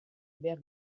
behar